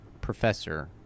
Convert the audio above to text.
professor